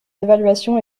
d’évaluation